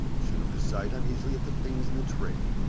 she looked aside uneasily at the things in the tray.